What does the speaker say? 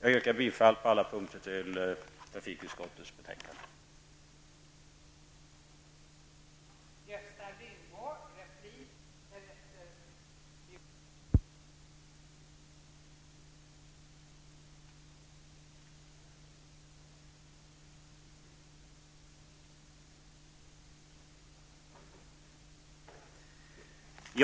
Jag yrkar bifall till trafikutskottets hemställan på